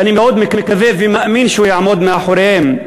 ואני מאוד מקווה ומאמין שהוא יעמוד מאחוריהם.